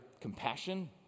compassion